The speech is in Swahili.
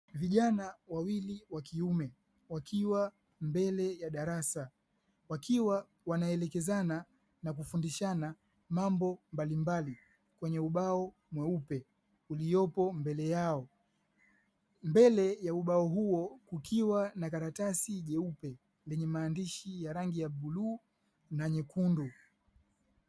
Vijana wawii wakiume wakiwa mbele ya darasa wakiwa wanaelekezana na kufundishana mambo mbalimbali kwenye ubao mweupe uliopo mbele yao. Mbele ya ubao huo kukiwa na karatasi jeupe lenye maandiishi ya rangi ya bluu na nyekundu.